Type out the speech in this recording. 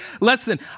listen